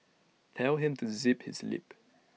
tell him to zip his lip